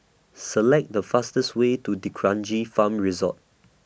Select The fastest Way to D'Kranji Farm Resort